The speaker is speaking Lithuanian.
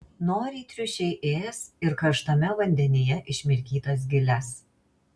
noriai triušiai ės ir karštame vandenyje išmirkytas giles